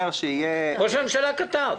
ראש הממשלה כתב.